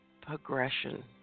progression